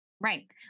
Right